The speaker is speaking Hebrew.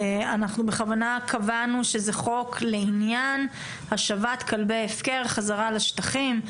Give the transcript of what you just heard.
אנחנו בכוונה קבענו שזה חוק לעניין השבת כלבי הפקר חזרה לשטחים.